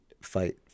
fight